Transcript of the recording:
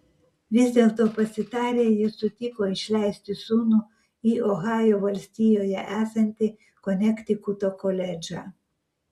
vis dėlto pasitarę jie sutiko išleisti sūnų į ohajo valstijoje esantį konektikuto koledžą